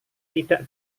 tidak